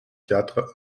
quatre